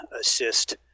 assist